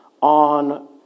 on